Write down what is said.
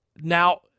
Now